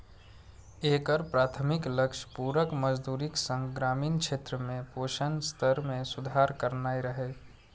एकर प्राथमिक लक्ष्य पूरक मजदूरीक संग ग्रामीण क्षेत्र में पोषण स्तर मे सुधार करनाय रहै